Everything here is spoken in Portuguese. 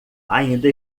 ainda